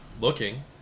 Looking